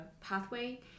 pathway